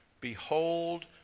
behold